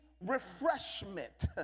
refreshment